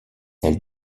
elle